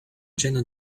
jena